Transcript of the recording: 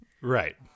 right